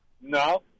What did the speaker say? No